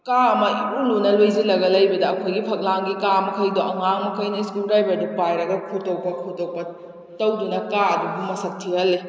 ꯀꯥ ꯑꯃ ꯏꯔꯨ ꯂꯨꯅ ꯂꯣꯏꯁꯤꯜꯂꯒ ꯂꯩꯕꯗ ꯑꯩꯍꯣꯏꯒꯤ ꯐꯛꯂꯥꯡꯒꯤ ꯀꯥ ꯃꯈꯩꯗꯣ ꯑꯉꯥꯡ ꯃꯈꯩꯅ ꯏꯁꯀ꯭ꯔꯨ ꯗ꯭ꯔꯥꯏꯕꯔꯗꯨ ꯄꯥꯏꯔꯒ ꯈꯣꯠꯇꯣꯛꯄ ꯈꯣꯠꯇꯣꯛꯄ ꯇꯧꯗꯨꯅ ꯀꯥ ꯑꯗꯨꯕꯨ ꯃꯁꯛ ꯊꯤꯍꯜꯂꯤ